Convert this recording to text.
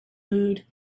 mood